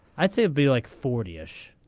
i to be like forty ish.